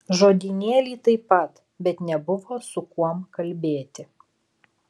žodynėlį taip pat bet nebuvo su kuom kalbėti